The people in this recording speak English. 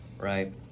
right